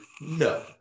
no